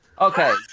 Okay